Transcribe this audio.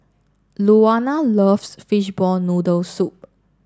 Luana loves Fishball Noodle Soup